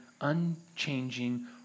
unchanging